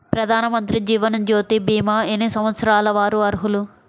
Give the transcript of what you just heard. ప్రధానమంత్రి జీవనజ్యోతి భీమా ఎన్ని సంవత్సరాల వారు అర్హులు?